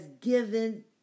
given